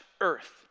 earth